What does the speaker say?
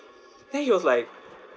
then he was like